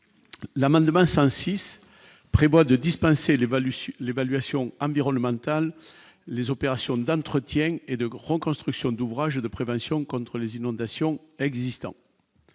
l'amendement 5 6 prévoit de dispenser l'évalue sur l'évaluation environnementale, les opérations d'entretien et de grands construction d'ouvrages de prévention contre les inondations existants.